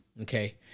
okay